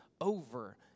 over